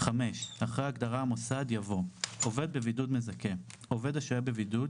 (5)אחרי ההגדרה "המוסד" יבוא: ""עובד בבידוד מזכה" עובד השוהה בבידוד,